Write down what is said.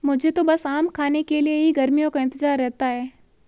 मुझे तो बस आम खाने के लिए ही गर्मियों का इंतजार रहता है